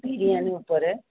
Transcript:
ବିରିୟାନୀ ଉପରେ